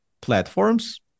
platforms